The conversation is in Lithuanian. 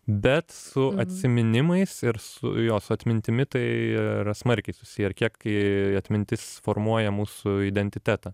bet su atsiminimais ir su jo su atmintimi tai yr smarkiai susiję ir kiek atmintis formuoja mūsų identitetą